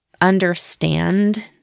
understand